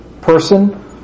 person